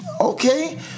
okay